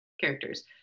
characters